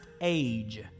age